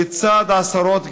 לצד עשרות גברים.